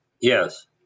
Yes